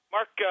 Mark